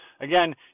again